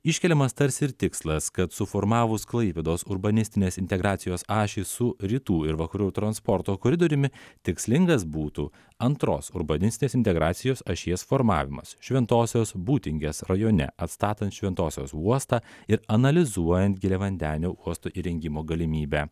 iškeliamas tarsi ir tikslas kad suformavus klaipėdos urbanistinės integracijos ašį su rytų ir vakarų transporto koridoriumi tikslingas būtų antros urbanistės integracijos ašies formavimas šventosios būtingės rajone atstatant šventosios uostą ir analizuojant giliavandenio uosto įrengimo galimybę